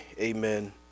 Amen